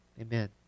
amen